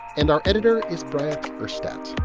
and our editor is bryant urstadt.